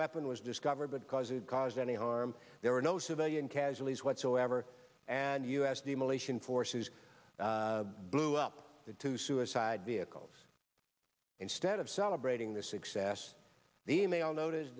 weapon was discovered because it caused any harm there were no civilian casualties whatsoever and u s demolition forces blew up the two suicide vehicles instead of celebrating their success the email notice